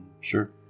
Sure